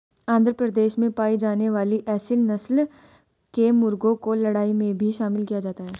आंध्र प्रदेश में पाई जाने वाली एसील नस्ल के मुर्गों को लड़ाई में भी शामिल किया जाता है